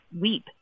weep